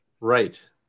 Right